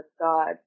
God